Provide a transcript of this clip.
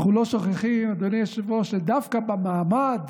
אנחנו לא שוכחים, אדוני היושב-ראש, שדווקא במעמד